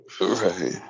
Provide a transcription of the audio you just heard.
Right